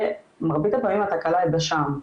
במרבית הפעמים התקלה היא בשע"ם.